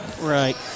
Right